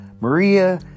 Maria